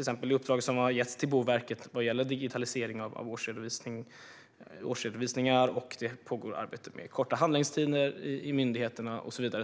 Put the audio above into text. exempel inom det uppdrag som getts till Boverket och som gäller digitalisering av årsredovisningar. Det pågår arbete med att förkorta handläggningstider vid myndigheterna och så vidare.